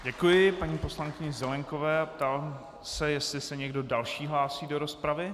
Děkuji paní poslankyni Zelienkové a ptám se, jestli se někdo další hlásí do rozpravy.